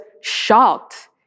shocked